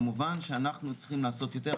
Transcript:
כמובן שאנחנו צריכים לעשות יותר,